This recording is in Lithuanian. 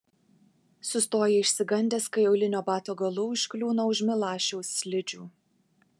sustoja išsigandęs kai aulinio bato galu užkliūna už milašiaus slidžių